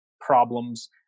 problems